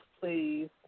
Please